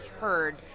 heard